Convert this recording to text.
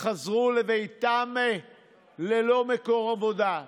חזרו לביתם ללא מקור עבודה,